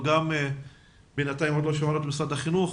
עדיין לא שמענו את משרד החינוך,